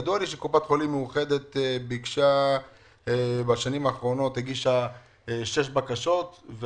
ידוע לי שקופת חולים מאוחדת הגישה בשנים האחרונות 6 בקשות,